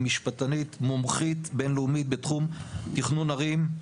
היא משפטנית מומחית בינלאומית בתחום תכנון ערים,